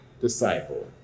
disciple